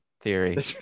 theory